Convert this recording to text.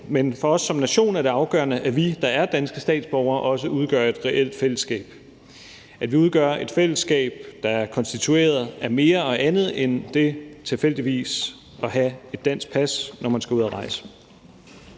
men for os som nation er det afgørende, at vi, der er danske statsborgere, også udgør et reelt fællesskab, og at vi udgør et fællesskab, der er konstitueret af mere og andet end det tilfældigvis at have et dansk pas, når man skal ud at rejse.